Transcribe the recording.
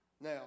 Now